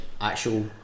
actual